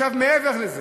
מעבר לזה,